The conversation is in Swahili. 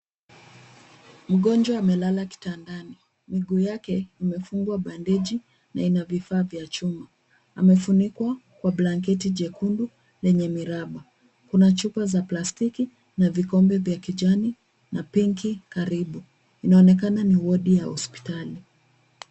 Mgonjwa amelala kitandani, mguu wake umefungwa bandeji na inavifaa vya chuma . Amefunikwa kwa blanketi jekundu lenye miraba. Kuna chupa za plastiki na vikombe vya kijani na pinki karibu. Inaonekana ni wodi ya hospitali.